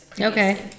Okay